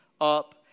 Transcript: up